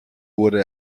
wurde